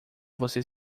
você